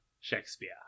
Shakespeare